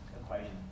equation